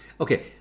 Okay